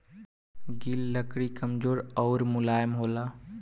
गिल लकड़ी कमजोर अउर मुलायम होखेला